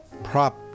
Prop